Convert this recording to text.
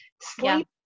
sleep